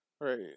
Right